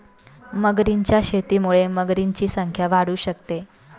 मगरींच्या शेतीमुळे मगरींची संख्या वाढू शकते